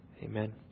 Amen